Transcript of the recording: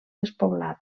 despoblada